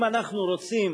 אם אנחנו רוצים